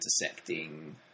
intersecting